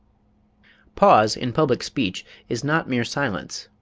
pause, in public speech, is not mere silence